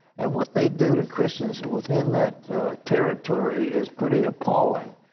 and what they do to christians within that territory is pretty appalling.